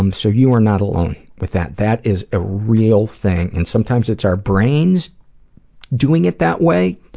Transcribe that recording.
um so you are not alone with that. that is a real thing and sometimes it's our brains doing it that way,